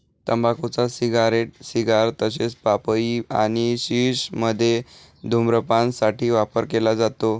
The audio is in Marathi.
तंबाखूचा सिगारेट, सिगार तसेच पाईप आणि शिश मध्ये धूम्रपान साठी वापर केला जातो